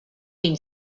been